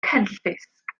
cenllysg